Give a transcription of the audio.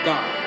God